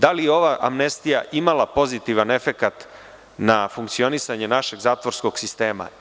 Da li je ova amnestija imala pozitivan efekat na funkcionisanje našeg zatvorskog sistema?